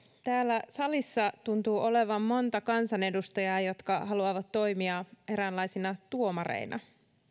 täällä salissa tuntuu olevan monta kansanedustajaa jotka haluavat toimia eräänlaisina tuomareina